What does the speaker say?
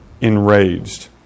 enraged